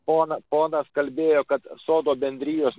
pona ponas kalbėjo kad sodo bendrijos